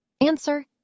Answer